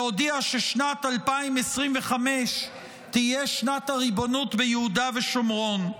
שהודיע ששנת 2025 תהיה שנת הריבונות ביהודה ושומרון?